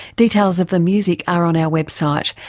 details of the music are on our website,